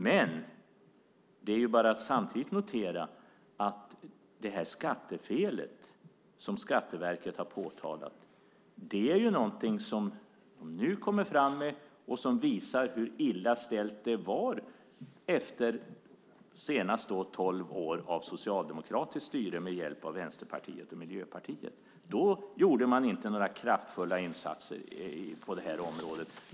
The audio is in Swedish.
Samtidigt är det bara att konstatera att skattefelet som Skatteverket påtalat nu kommer fram och visar hur illa ställt det varit efter att Socialdemokraterna, med hjälp av Vänsterpartiet och Miljöpartiet, styrt landet de senaste tolv åren. Då gjorde man inte några kraftfulla insatser på det här området.